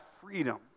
freedom